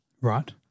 Right